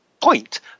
point